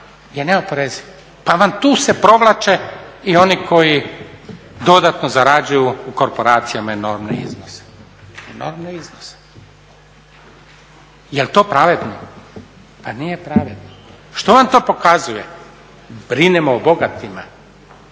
je neoporeziv, pa vam tu se provlače i oni koji dodatno zarađuju u korporacijama enormne iznose. Jel' to pravedno? Pa nije pravedno. Što vam to pokazuje? Brinemo o bogatima,